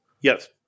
Yes